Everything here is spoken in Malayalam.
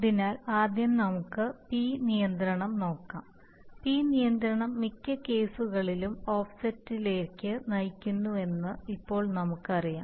അതിനാൽ ആദ്യം നമുക്ക് പി നിയന്ത്രണം നോക്കാം പി നിയന്ത്രണം മിക്ക കേസുകളിലും ഓഫ്സെറ്റുകളിലേക്ക് നയിക്കുന്നുവെന്ന് ഇപ്പോൾ നമുക്കറിയാം